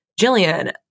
Jillian